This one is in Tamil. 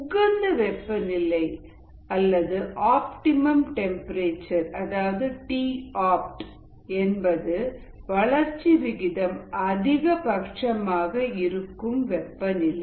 உகந்த வெப்பநிலை அல்லது ஆப்டிமம் டெம்பரேச்சர் டி ஆப்ட் என்பது வளர்ச்சி விகிதம் அதிகபட்சமாக இருக்கும் வெப்பநிலை